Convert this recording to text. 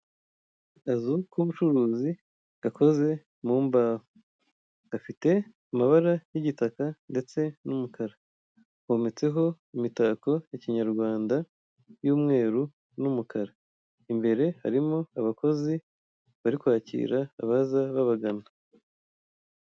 Akazu k'ubucuruzi gakoze mu mbaho gafite amabara y'igitaka ndetse n'umukara hometseho imitako ya kinyarwanda y'umweru n'umukara, imbere harimo abakozi bari kwakira abaje babagana.